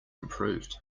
improved